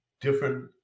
different